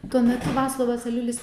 tuomet vaclovas aliulis